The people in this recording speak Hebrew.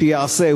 שיעשה.